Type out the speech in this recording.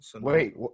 Wait